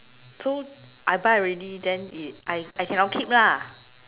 so I buy already then if I I cannot keep lah